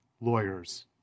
lawyers